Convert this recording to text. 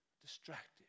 distracted